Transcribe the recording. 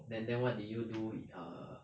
then then what did you do err